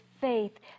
faith